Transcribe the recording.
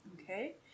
okay